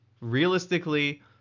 Realistically